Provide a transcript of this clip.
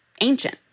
ancient